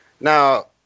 Now